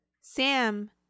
Sam